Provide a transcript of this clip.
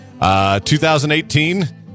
2018